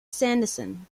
sanderson